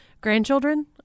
grandchildren